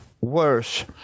worse